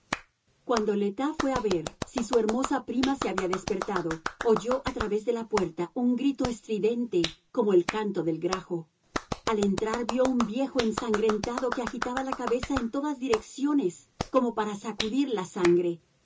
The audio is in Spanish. cuando le tas fue a ver si su hermosa prima se había despertado oyó a través de la puerta un grito estridente como el canto del grajo al entrar vio un viejo ensangrentado que agitaba la cabeza en todas direcciones como para sacudir la sangre